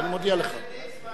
יש לך עוד דקה, תדע את זה.